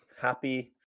happy